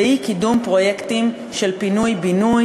והיא קידום פרויקטים של פינוי-בינוי,